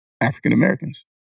African-Americans